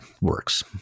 works